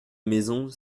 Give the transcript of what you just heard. maisons